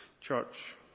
church